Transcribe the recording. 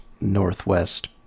Northwest